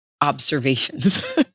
observations